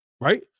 right